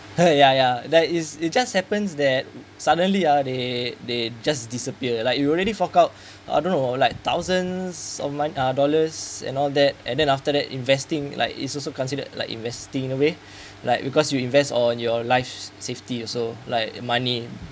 mm ya ya that is it just happens that suddenly uh they they just disappear like you already fork out I don't know like thousands of dollars and all that and then after that investing like is also considered like investing a way like because you invest on your life's safety also like money